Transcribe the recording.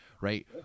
right